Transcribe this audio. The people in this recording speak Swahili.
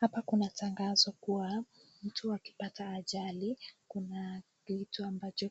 Hapa kuna tangazo kuwa mtu akipata ajali kuna kitu ambacho